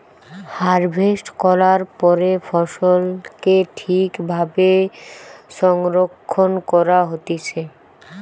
harvest করার পরে ফসলকে ঠিক ভাবে সংরক্ষণ করা হতিছে